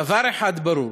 דבר אחד ברור: